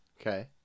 Okay